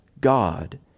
God